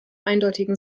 eindeutigen